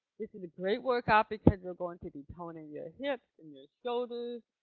this is a great workout because you're going to be toning your hips and your shoulders,